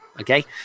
okay